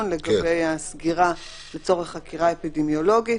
לגבי הסגירה לצורך חקירה אפידמיולוגית.